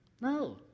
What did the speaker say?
No